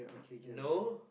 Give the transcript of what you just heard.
know